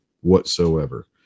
whatsoever